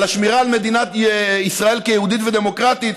על השמירה על מדינת ישראל כיהודית ודמוקרטית.